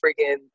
freaking